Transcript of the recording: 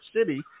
City